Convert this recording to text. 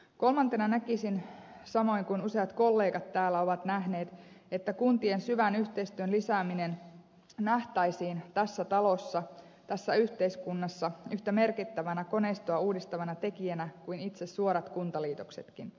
kolmantena näkisin samoin kuin useat kollegat täällä ovat nähneet että kuntien syvän yhteistyön lisääminen nähtäisiin tässä talossa tässä yhteiskunnassa yhtä merkittävänä koneistoa uudistavana tekijänä kuin itse suorat kuntaliitoksetkin